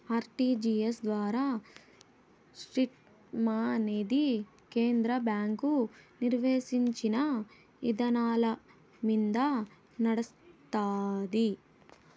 RTGS ద్వారా సిస్టమనేది కేంద్ర బ్యాంకు నిర్దేశించిన ఇదానాలమింద నడస్తాంది